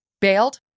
bailed